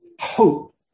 hope